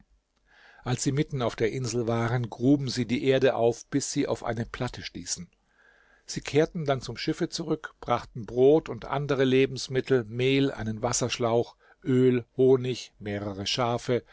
als sie mitten auf der insel waren gruben sie die erde auf bis sie auf eine platte stießen sie kehrten dann zum schiffe zurück brachten brot und andere lebensmittel mehl einen wasserschlauch öl honig mehrere schafe